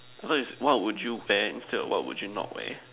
I heard it's what would you wear and what would you not wear